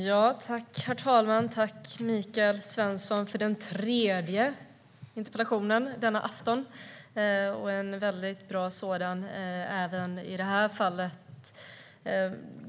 Herr talman! Tack, Mikael Svensson, för en tredje interpellation denna afton, en väldigt bra sådan även i det här fallet!